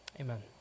amen